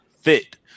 fit